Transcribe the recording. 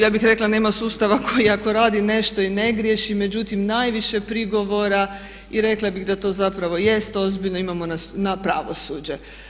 Ja bih rekla nema sustava koji i ako radi nešto i ne griješi, međutim najviše prigovora i rekla bih da to zapravo jest ozbiljno imamo na pravosuđe.